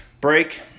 break